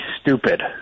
stupid